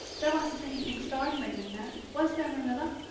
there wasn't anything startling in that, was there, marilla?